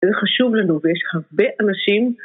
זה חשוב לנו, ויש הרבה אנשים...